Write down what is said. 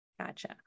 Gotcha